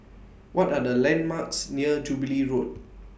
What Are The landmarks near Jubilee Road